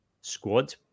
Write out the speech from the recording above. squad